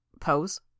Pose